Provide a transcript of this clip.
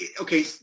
okay